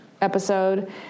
episode